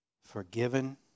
forgiven